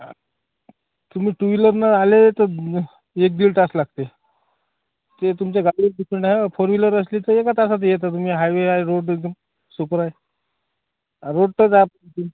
तुम्ही टू व्हीलरनं आले तर एक दीड तास लागतील ते तुमचं गाडी तिकडनं फोर व्हीलर असली तर एका तासात येता तुम्ही हायवे आहे रोड एकदम सुपर आये रोड टच आप